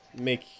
make